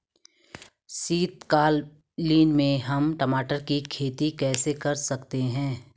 शीतकालीन में हम टमाटर की खेती कैसे कर सकते हैं?